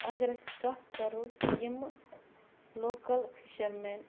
اگر أسۍ کَتھ کَرَو کہِ یِمہٕ لوکَل فِشَر مین